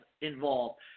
involved